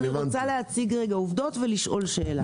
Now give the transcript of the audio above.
אני רוצה להציג רגע עובדות ולשאול שאלה.